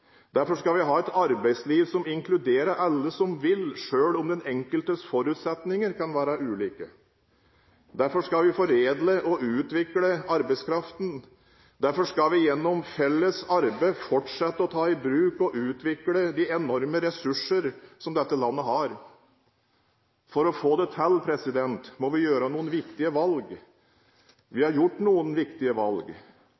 Derfor skal vi ha et arbeidsliv som inkluderer alle som vil, selv om den enkeltes forutsetninger kan være ulike. Derfor skal vi foredle og utvikle arbeidskraften. Derfor skal vi gjennom felles arbeid fortsette å ta i bruk og utvikle de enorme ressursene dette landet har. For å få det til må vi ta noen viktige valg.